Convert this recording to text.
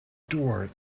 door